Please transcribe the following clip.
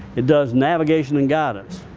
it does navigation and guidance.